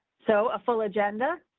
so a full agenda.